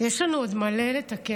יש לנו עוד מלא לתקן,